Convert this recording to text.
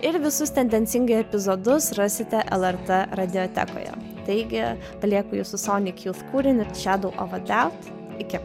ir visus tendencingai epizodus rasite lrt radiotechnikoje taigi lieku jus su sonik jūt kūriniu šedau of a daut iki